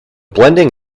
blending